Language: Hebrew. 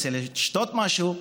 רוצה לשתות משהו,